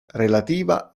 relativa